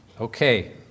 Okay